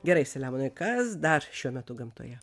gerai selemonai kas dar šiuo metu gamtoje